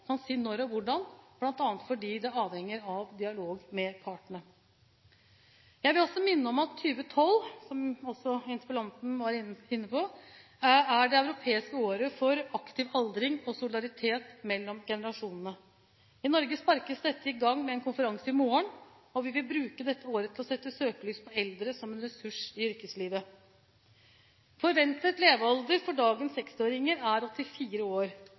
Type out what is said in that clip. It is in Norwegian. kan si når og hvordan, bl.a. fordi det avhenger av dialogen med partene. Jeg vil også minne om at 2012 er, som også interpellanten var inne på, «Det europeiske året for aktiv aldring og solidaritet mellom generasjoner». I Norge sparkes dette i gang med en konferanse i morgen, og vi vil bruke dette året til å sette søkelyset på eldre som en ressurs i yrkeslivet. Forventet levealder for dagens 60-åringer er 84 år.